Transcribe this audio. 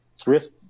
thrift